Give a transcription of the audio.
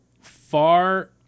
far